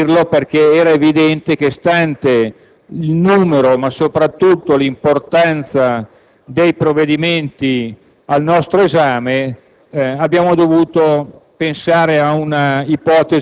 abbiamo dovuto - giocoforza - diluirlo, perché, stante il numero, ma soprattutto l'importanza, dei provvedimenti al nostro esame,